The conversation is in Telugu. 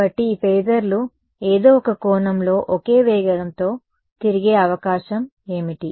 కాబట్టి ఈ ఫేజర్లు ఏదో ఒక కోణంలో ఒకే వేగంతో తిరిగే అవకాశం ఏమిటి